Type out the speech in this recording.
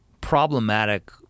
problematic